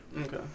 Okay